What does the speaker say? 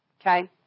okay